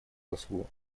послу